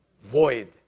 void